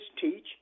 teach